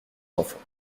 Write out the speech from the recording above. enfants